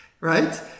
right